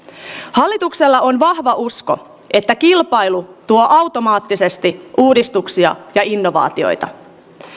hallituksella on vahva usko että kilpailu tuo automaattisesti uudistuksia ja innovaatioita